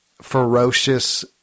ferocious